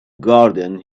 garden